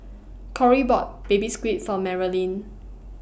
Corry bought Baby Squid For Marilyn